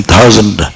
Thousand